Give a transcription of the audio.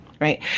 Right